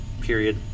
period